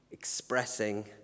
expressing